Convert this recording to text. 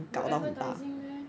有 advertising meh